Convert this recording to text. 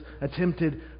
attempted